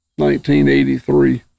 1983